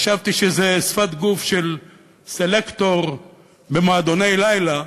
חשבתי שזאת שפת גוף של סלקטור במועדוני לילה,